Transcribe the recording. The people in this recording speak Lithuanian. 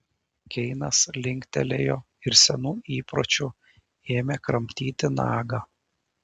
keinas linktelėjo ir senu įpročiu ėmė kramtyti nagą